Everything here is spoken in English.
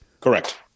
Correct